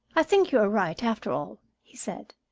i think you are right, after all, he said.